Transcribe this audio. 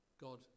God